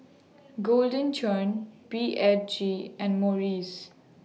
Golden Churn B H G and Morries